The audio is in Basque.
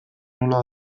nola